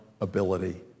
ability